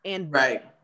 Right